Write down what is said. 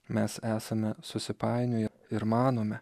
mes esame susipainioję ir manome